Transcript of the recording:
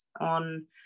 on